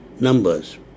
numbers